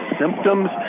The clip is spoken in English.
symptoms